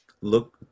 look